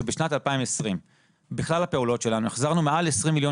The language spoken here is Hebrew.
שבשנת 2020 בכלל הפעילויות שלנו החזרנו מעל 20 מיליון